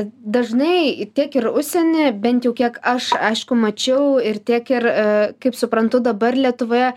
dažnai tiek ir užsieny bent jau kiek aš aišku mačiau ir tiek ir kaip suprantu dabar lietuvoje